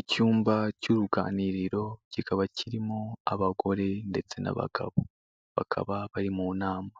Icyumba cy'uruganiriro, kikaba kirimo abagore ndetse n'abagabo, bakaba bari mu nama,